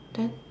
then